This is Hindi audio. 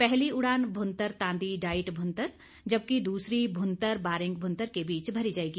पहली उड़ान भुंतर तांदी डाईट भुंतर जबकि दूसरी भुंतर बारिंग भुंतर के बीच भरी जाएगी